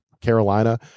Carolina